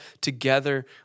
together